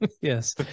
yes